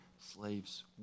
slaves